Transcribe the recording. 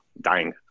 dying